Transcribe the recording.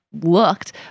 looked